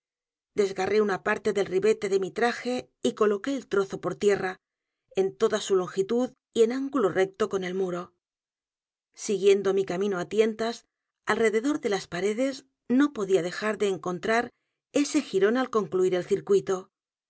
é una parte del ribete de mi traje y coloqué el trozo por tierra en toda su longitud y en ángulo recto con el muro siguiendo mi camino á tientas alrededor de las paredes no podía dejar de encontrar ese jirón al concluir el circuito